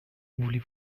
voulez